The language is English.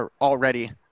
already